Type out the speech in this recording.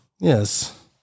Yes